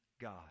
God